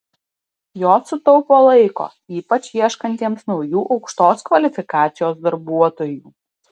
jos sutaupo laiko ypač ieškantiesiems naujų aukštos kvalifikacijos darbuotojų